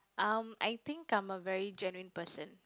um I think I'm a very genuine person